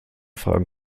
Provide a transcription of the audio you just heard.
fragen